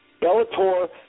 Bellator